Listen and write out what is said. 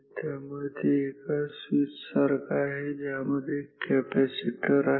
त्यामुळे ते एका स्विच सारखा आहे हे ज्यामध्ये एक कॅपॅसिटर आहे